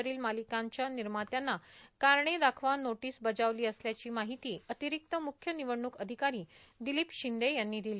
वरील मालिकांच्या निर्मात्यांना कारणे दाखवा नोटीस बजावली असल्याची माहिती अतिरिक्त म्ख्य निवडणूक अधिकारी दिलीप शिंदे यांनी दिली